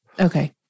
Okay